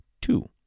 two